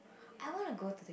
I wanna go to